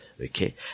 Okay